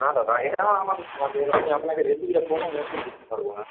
না দাদা এটা আমার ভাবুন আমি আপনাকে রেসিপিটা কোনো মতেই দিতে পারব না